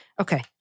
Okay